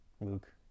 Luke